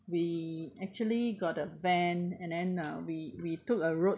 we actually got a van and then uh we we took a road